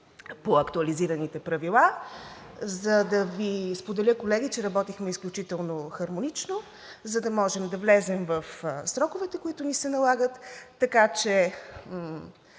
по актуализираните правила, за да Ви споделя, колеги, че работихме изключително хармонично, за да можем да влезем в сроковете, които ни се налагат, така че